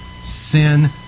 sin